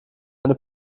eine